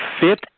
Fit